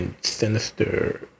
Sinister